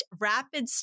rapid